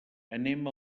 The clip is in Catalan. anem